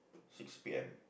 six P M